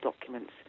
documents